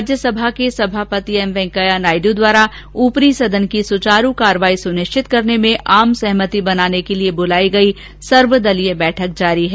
राज्यसभा के सभापति एम वेंकैया नायडू द्वारा ऊपरी सदन की सुचारु कार्यवाही सुनिश्चित करने में आम सहमति बनाने के लिए बुलाई गई सर्वदलीय बैठक जारी है